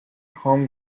home